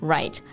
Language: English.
Right